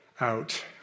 out